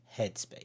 headspace